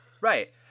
right